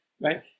right